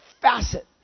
facet